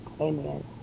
amen